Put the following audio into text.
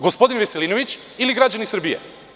Gospodin Veselinović ili građani Srbije?